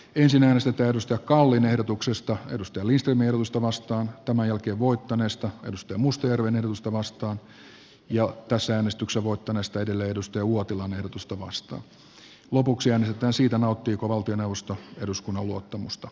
ensin äänestetään timo kallin ehdotuksesta jari lindströmin ehdotusta vastaan sitten voittaneesta markus mustajärven ehdotusta vastaan sitten voittaneesta kari uotilan ehdotusta vastaan ja lopuksi siitä nauttiiko valtioneuvosto eduskunnan luottamusta